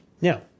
Now